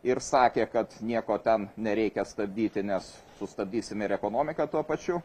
ir sakė kad nieko ten nereikia stabdyti nes sustabdysime ir ekonomiką tuo pačiu